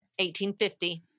1850